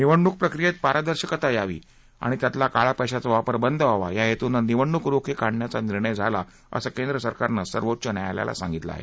निवडणूक प्रक्रियेत पारदर्शकता यावी आणि त्यातला काळ्या पैशाचा वापर बंद व्हावा या हेतूनं निवडणूक रोखे काढण्याचा निर्णय झाला असं केंद्र सरकारनं सर्वोच्च न्यायालयाला सांपितलं आहे